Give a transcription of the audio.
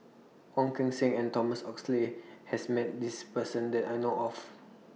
Ong Keng Sen and Thomas Oxley has Met This Person that I know of